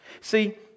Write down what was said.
See